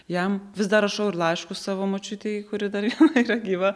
jam vis dar rašau ir laiškus savo močiutei kuri dar viena yra gyva